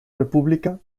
república